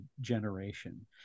generation